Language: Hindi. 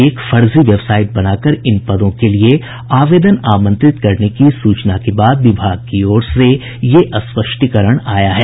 एक फर्जी वेबसाईट बना कर इन पदों के लिए आवेदन आमंत्रित करने की सूचना के बाद विभाग की ओर से यह स्पष्टीकरण आया है